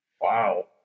Wow